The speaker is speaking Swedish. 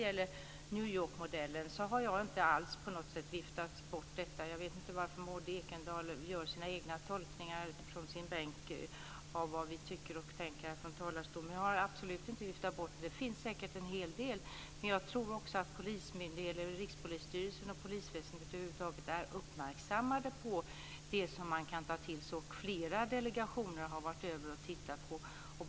Jag har inte på något sätt viftat bort New Yorkmodellen. Jag vet inte varför Maud Ekendahl gör sina egna tolkningar från sin bänk av vad vi tycker och tänker här från talarstolen. Jag har absolut inte viftat bort den modellen. Det finns säkert en hel del i den. Men jag tror också att Rikspolisstyrelsen och polisväsendet över huvud taget är uppmärksamma på det som man kan ta till sig. Flera delegationer har varit och tittat på det här.